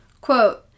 Quote